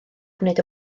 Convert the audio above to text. gwneud